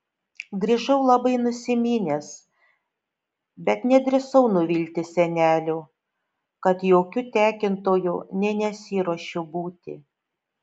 grįžau labai nusiminęs bet nedrįsau nuvilti senelio kad jokiu tekintoju nė nesiruošiu būti